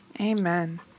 amen